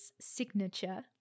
signature